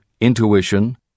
Intuition